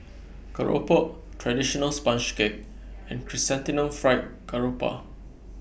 Keropok Traditional Sponge Cake and Chrysanthemum Fried Garoupa